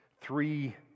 three